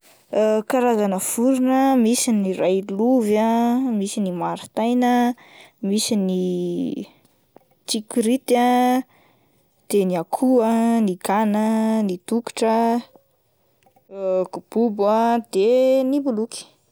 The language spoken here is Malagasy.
Karazana vorona misy ny railovy ah, misy ny mariataina ah, misy ny tsikirity ah, de ny akoho ah, ny gana, ny dokotra kobobo ah de ny boloky.